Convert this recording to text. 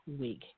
week